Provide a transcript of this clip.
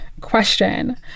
question